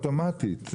אוטומטית.